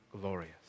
glorious